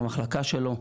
במחלקה שלו,